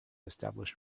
establish